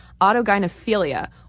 autogynephilia